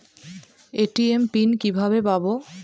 ATM pin কিভাবে পাবো?